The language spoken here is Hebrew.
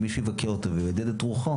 אם מישהו יבקר אותו ויעודד את רוחו,